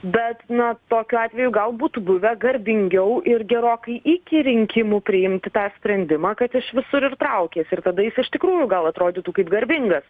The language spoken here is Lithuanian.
bet na tokiu atveju gal būtų buvę garbingiau ir gerokai iki rinkimų priimti tą sprendimą kad iš visur ir traukies ir tada jis iš tikrųjų gal atrodytų kaip garbingas